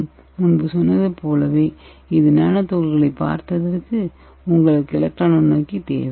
நான் முன்பு சொன்னது போல இந்த நானோ துகள்களைப் பார்ப்பதற்கு உங்களுக்கு எலக்ட்ரான் நுண்ணோக்கி தேவை